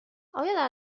آیا